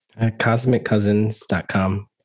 CosmicCousins.com